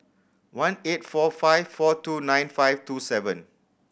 one eight four five four two nine five two seven